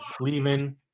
leaving